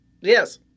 Yes